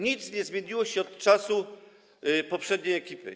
Nic nie zmieniło się od czasu poprzedniej ekipy.